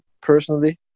personally